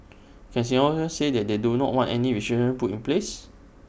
can Singaporeans say that they do not want any restriction put in place